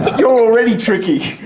you're already tricky!